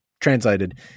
translated